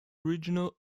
regional